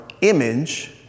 image